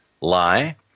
lie